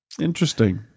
Interesting